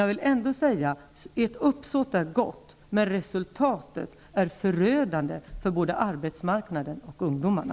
Jag vill ändå säga: Ert uppsåt är gott, men resultatet är förödande för både arbetsmarknaden och ungdomarna.